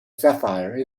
sapphire